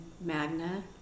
magna